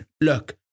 Look